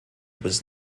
was